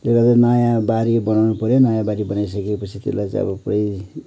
त्यसले गर्दा नयाँ बारी बनाउनु पऱ्यो नयाँ बारी बनाइसके पछि त्यसलाई चाहिँ अब पुरै